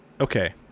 okay